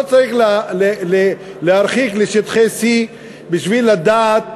לא צריך להרחיק לשטחי C בשביל לדעת,